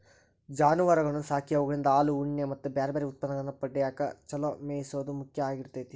ಜಾನುವಾರಗಳನ್ನ ಸಾಕಿ ಅವುಗಳಿಂದ ಹಾಲು, ಉಣ್ಣೆ ಮತ್ತ್ ಬ್ಯಾರ್ಬ್ಯಾರೇ ಉತ್ಪನ್ನಗಳನ್ನ ಪಡ್ಯಾಕ ಚೊಲೋ ಮೇಯಿಸೋದು ಮುಖ್ಯ ಆಗಿರ್ತೇತಿ